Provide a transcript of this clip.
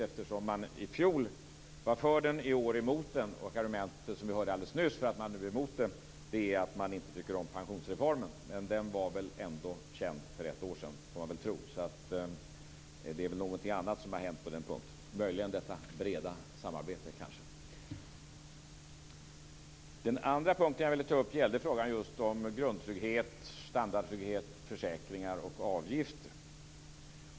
I fjol var man ju för den och i år är man mot den. Argumentet för att man nu är mot den är, som vi hörde alldeles nyss, att man inte tycker om pensionsreformen. Men den var väl ändå känd, får man tro, för ett år sedan. Så det är väl något annat som har hänt på den här punkten. Möjligen kan det ha att göra med detta breda samarbete. Den andra punkt jag ville ta upp gäller just frågan om grundtrygghet, standardtrygghet, försäkringar och avgifter.